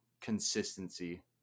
consistency